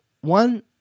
one